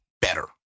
better